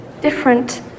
different